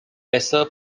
lesser